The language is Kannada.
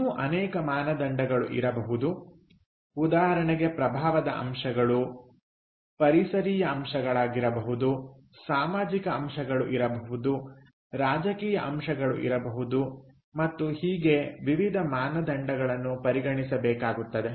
ಇನ್ನೂ ಅನೇಕ ಮಾನದಂಡಗಳು ಇರಬಹುದು ಉದಾಹರಣೆಗೆ ಪ್ರಭಾವದ ಅಂಶಗಳು ಪರಿಸರೀಯ ಅಂಶಗಳಾಗಿರಬಹುದು ಸಾಮಾಜಿಕ ಅಂಶಗಳು ಇರಬಹುದು ರಾಜಕೀಯ ಅಂಶಗಳು ಇರಬಹುದು ಮತ್ತು ಹೀಗೆ ವಿವಿಧ ಮಾನದಂಡಗಳನ್ನು ಪರಿಗಣಿಸಬೇಕಾಗುತ್ತದೆ